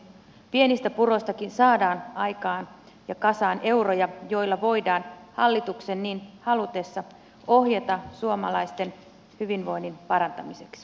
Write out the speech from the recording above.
pienistä puroistakin saadaan aikaan ja kasaan euroja joita voidaan hallituksen niin halutessa ohjata suomalaisten hyvinvoinnin parantamiseksi